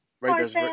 right